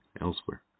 elsewhere